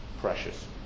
precious